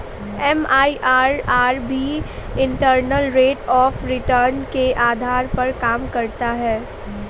MIRR भी internal rate of return के आधार पर काम करता है